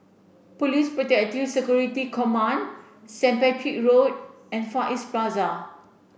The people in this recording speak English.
Police Protective Security Command Saint Patrick Road and Far East Plaza